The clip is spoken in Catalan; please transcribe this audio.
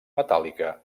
metàl·lica